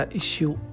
issue